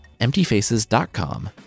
EmptyFaces.com